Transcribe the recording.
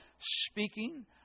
speaking